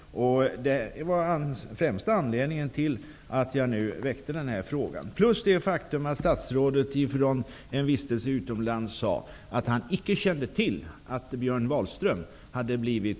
Det är främsta anledningen till att jag väckte den här frågan. En annan anledning är det faktum att statsrådet under en vistelse utomlands sagt att han icke kände till att